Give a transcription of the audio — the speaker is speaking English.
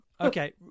Okay